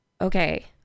okay